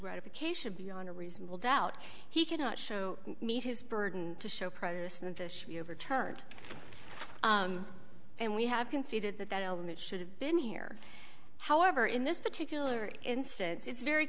gratification beyond a reasonable doubt he cannot show meet his burden to show prejudice and this overturned and we have conceded that that element should have been here however in this particular instance it's very